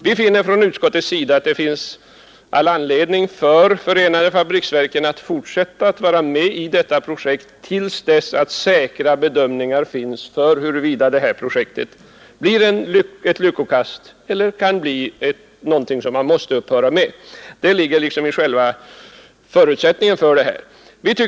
Vi finner från utskottets sida att det är all anledning för förenade fabriksverken att fortsätta att vara med i detta projekt till dess att säkra bedömningar finns om huruvida projektet blir ett lyckokast eller någonting som man måste upphöra med. Det ligger liksom i själva förutsättningen för detta arbete.